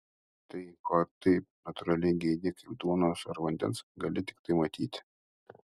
tai ko taip natūraliai geidi kaip duonos ar vandens gali tiktai matyti